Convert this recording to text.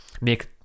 make